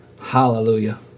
hallelujah